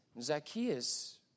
Zacchaeus